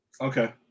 Okay